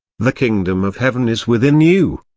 the kingdom of heaven is within you.